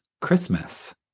Christmas